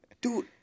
Dude